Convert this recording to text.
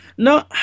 No